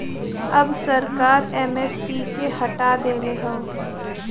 अब सरकार एम.एस.पी के हटा देले हौ